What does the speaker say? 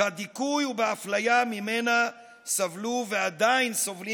בדיכוי ובאפליה שממנה סבלו ועדיין סובלים